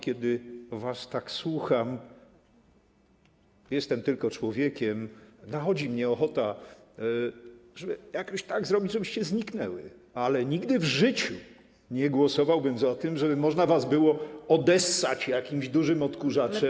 Kiedy was tak słucham - jestem tylko człowiekiem - nachodzi mnie ochota, żeby jakoś tak zrobić, żebyście zniknęły, ale nigdy w życiu nie głosowałbym za tym, żeby można was było odessać jakimś dużym odkurzaczem.